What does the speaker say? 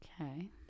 okay